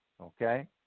Okay